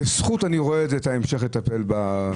אני רואה כזכות את המשך הטיפול בניצולי השואה.